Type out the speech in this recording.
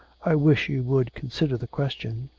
i wish you would consider the question.